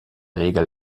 regel